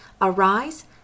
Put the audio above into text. Arise